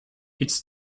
its